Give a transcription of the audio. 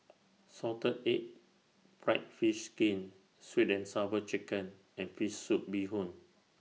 Salted Egg Fried Fish Skin Sweet and Sour Chicken and Fish Soup Bee Hoon